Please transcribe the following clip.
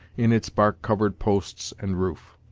in its bark-covered posts and roof.